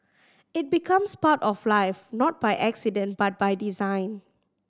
it becomes part of life not by accident but by design